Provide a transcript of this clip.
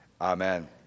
Amen